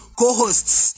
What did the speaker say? co-hosts